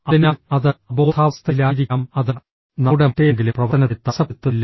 അതിനാൽ അത് അബോധാവസ്ഥയിലായിരിക്കാം അത് നമ്മുടെ മറ്റേതെങ്കിലും പ്രവർത്തനത്തെ തടസ്സപ്പെടുത്തുന്നില്ല